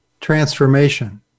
transformation